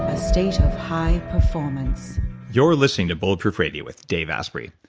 ah state of high performance you're listening to bulletproof radio with dave asprey.